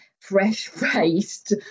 fresh-faced